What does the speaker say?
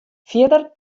fierder